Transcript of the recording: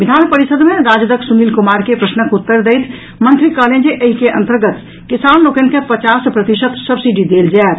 विधान परिषद मे राजदक सुनील कुमार के प्रश्नक उत्तर दैत मंत्री कहलनि जे एहि के अंतर्गत किसान लोकनि के पचास प्रतिशत सब्सिडी देल जायत